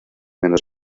menos